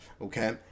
Okay